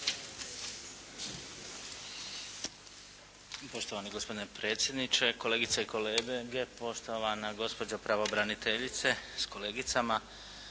Poštovani gospodine predsjedniče, kolegice i kolege, poštovana gospođo pravobraniteljice s kolegicama.